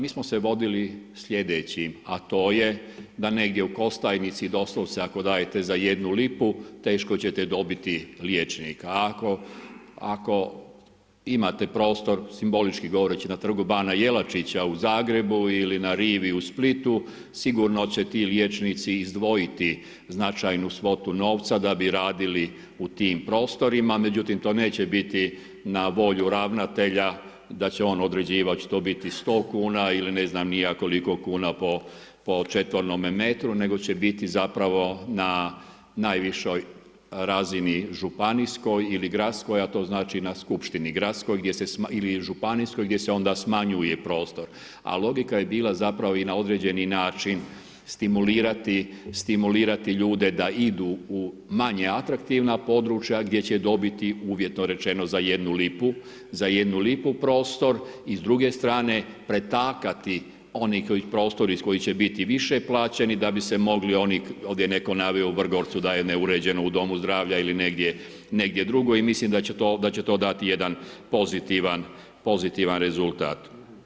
Mi smo se vodili slijedećim, a to da negdje u Kostajnici doslovce ako dajete za 1 lipu teško ćete dobiti liječnika ako imate prostor simbolički govoreći na Trgu bana Jelačića u Zagrebu ili na rivi u Splitu sigurno će ti liječnici izdvojiti značajnu svotu novca da bi radili u tima prostorima međutim to neće biti na volju ravnatelja da će on određivat da će to biti 100 kuna, ili ne znam ni ja koliko kuna po četvornom metru nego će biti zapravo na najvišoj razini županijskoj ili gradskoj, a to znači na skupštini gradskoj ili županijskog gdje se onda smanjuje prostor, a logika je bila zapravo i na određeni način stimulirati ljude da idu u manje atraktivna područja gdje će dobiti uvjetno rečeno za 1 lipu prostor i s druge strane pretakati oni prostori koji će biti više plaćeni da bi se mogli oni ovdje je netko naveo u Vrgorcu da je neuređeno u domu zdravlja ili negdje drugo i mislim da će to dati jedan pozitivan rezultat.